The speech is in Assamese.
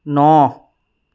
ন